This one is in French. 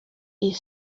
est